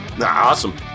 awesome